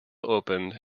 opened